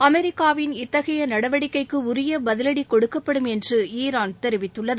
அமெரிக்காவின் இத்தகைய நடவடிக்கைக்கு உரிய பதிலடி கொடுக்கப்படும் என்று ஈரான் தெரிவித்துள்ளது